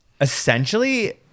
essentially